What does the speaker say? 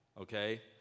okay